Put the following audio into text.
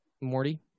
Morty